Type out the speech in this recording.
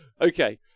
Okay